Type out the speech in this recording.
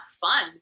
fun